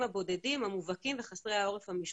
הבודדים המובהקים וחסרי העורף המשפחתי,